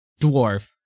dwarf